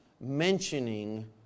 mentioning